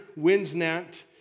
Winsnett